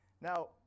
Now